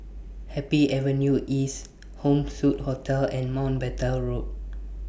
Happy Avenue East Home Suite Hotel and Mountbatten Road